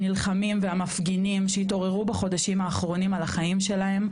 הנלחמים והמפגינים שהתעוררו בחודשים האחרונים על החיים שלהם,